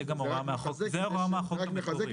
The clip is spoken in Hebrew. זו גם הוראה מהחוק המקורי.